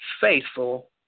faithful